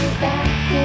back